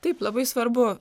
taip labai svarbu